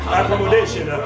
accommodation